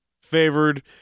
favored